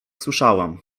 słyszałam